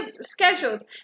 scheduled